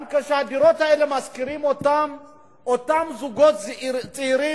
גם כשמשכירים את הדירות האלה, אותם זוגות צעירים